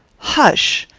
hush!